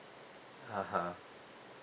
(uh huh)